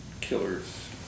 killers